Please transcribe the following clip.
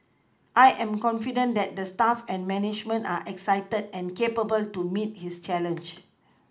I am confident that the staff and management are excited and capable to meet this challenge